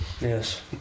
Yes